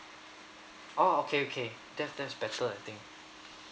oh okay okay that's that's better I think